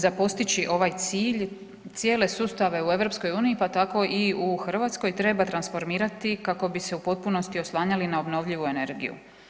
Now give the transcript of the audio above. Za postići ovaj cilj cijele sustave u EU, pa tako i u Hrvatskoj treba transformirati kako bi se u potpunosti oslanjali na obnovljivu energiju.